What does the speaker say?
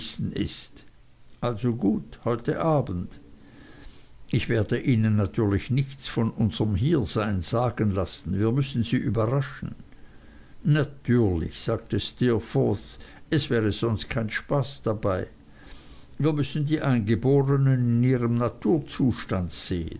ist also gut heute abends ich werde ihnen natürlich nichts von unserm hiersein sagen lassen wir müssen sie überraschen natürlich sagte steerforth es wäre sonst kein spaß dabei wir müssen die eingebornen in ihrem naturzustand sehen